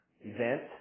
event